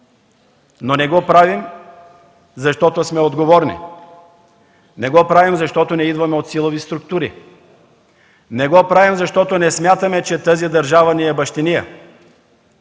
но не го правим, защото сме отговорни. Не го правим, защото не идваме от силови структури. Не го правим, защото не смятаме, че тази държава ни е бащиния,